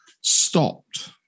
stopped